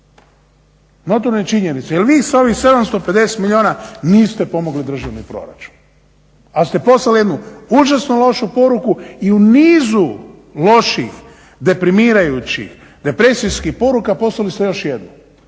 notorne činjenice. Jer vi sa ovim 750 milijuna niste pomogli državni proračun, ali ste poslali jednu užasno lošu poruku i u nizu loših, deprimirajućih, depresijskih poruka poslali ste još jednu.